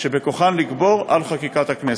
שבכוחן לגבור על חקיקת הכנסת.